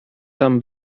tam